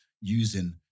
using